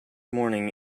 morning